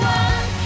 one